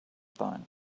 time